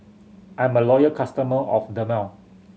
I'm a loyal customer of Dermale